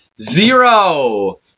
zero